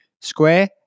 square